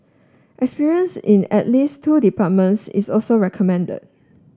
experience in at least two departments is also recommended